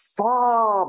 far